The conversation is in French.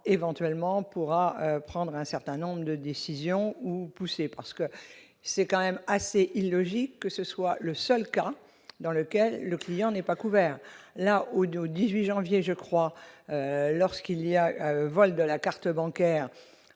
éventuellement on pourra prendre un certain nombre de décisions ou pousser parce que c'est quand même assez illogique que ce soit le seul cas dans lequel le client n'est pas couvert la Audio 18 janvier je crois lorsqu'il y a vol de la carte bancaire